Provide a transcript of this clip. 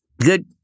good